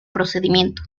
procedimiento